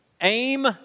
Aim